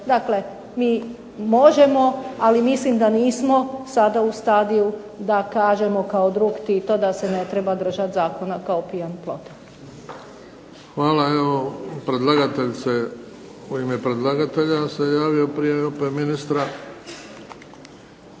Dakle, mi možemo ali mislim da nismo u stadiju da kažemo kao drug Tito da se ne treba držati zakona kao pijan plota. **Bebić, Luka (HDZ)** Hvala. Evo, predlagatelj se, u ime predlagatelja se javio opet prije ministra.